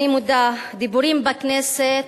אני מודה, דיבורים בכנסת,